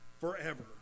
forever